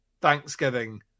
Thanksgiving